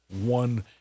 one